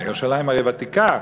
ירושלים הרי ותיקה,